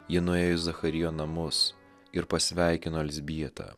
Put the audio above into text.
ji nuėjo į zacharijo namus ir pasveikino elzbietą